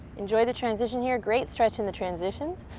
enjoy the transition here. great stretch in the transitions.